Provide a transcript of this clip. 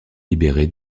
libéré